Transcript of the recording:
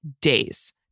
days